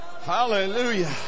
Hallelujah